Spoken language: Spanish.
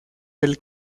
del